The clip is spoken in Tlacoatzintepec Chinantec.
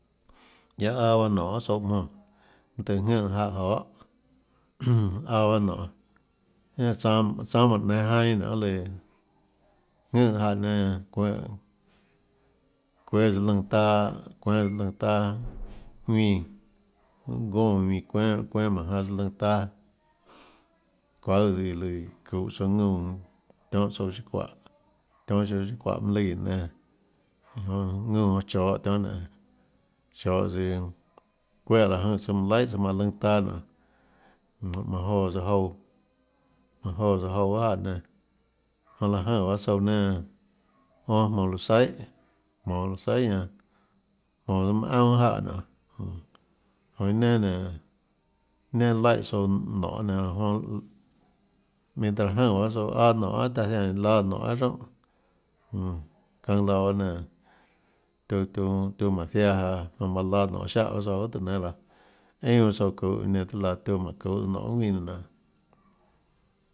Guiaâ aâ baâ nonê guiohà tsouã monè mønâ tøhê jùnã jáhã jonê aâ bahâ nonê ñanâ tsánâ tsánâ jmánå jainã nionê lùã jùnã jáhã nénâ çuéhã çuénâ tsøã lùnã taâ ðuínã gónã ðuínã çuénâ çuénâ jmáhå janã tsøã lùnã taâ çuaùâ iã lùã çuhåtsouã ðúnã tionhã tsouã tionhâ tsouã síå çuáhå tionhâ tsouã síå çuáhå mønâ l/ã guióå nénâ iã jonã ðúnã jonã chohå tionhâ nénå chohå tsøã çuéhã láhå jønè tsøã manã laihà tsøã manã lùnâ taâ nionê jonã manã joã tsøã jouã manã joã tsøã jouã guiohà jáhã nénâ jonã laã jønè bahâ tsouã nénâ onâ jmonå louã saihà jmonå louã saihà ñanã jmonå mønâ aunà guiohà jáhã nionê jonã iâ nenà nénå nenà laíhã tsouã nonê nenã jonã minhå taã láhå jønè pahâ anâ nonê guiohà taã sianè taã ziánhã iã láâ nonê guiohà roúnhà jmm çønâ laã bahâ nenã tiuã tiuã tiuã mánå ziaã jaå jonã manã láâ nonê ziáhã tsouã guiohà táå nénâ laã einà baâ tsouã çuhå iã nenã tiuâ laãtiuã mánhå çuhå nonê guiohà ðuínã nonê.